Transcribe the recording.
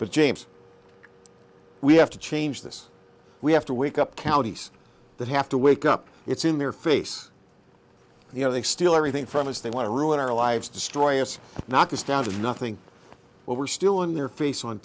but james we have to change this we have to wake up counties that have to wake up it's in their face you know they still everything from us they want to ruin our lives destroy us not just out of nothing we're still in their face on